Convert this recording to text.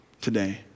today